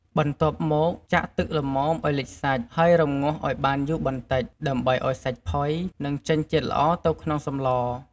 បន្ទាប់មកចាក់ទឹកល្មមឱ្យលិចសាច់ ហើយរម្ងាស់ឱ្យបានយូរបន្តិច ដើម្បីឱ្យសាច់ផុយ និងចេញជាតិល្អទៅក្នុងសម្ល។